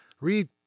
read